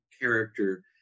character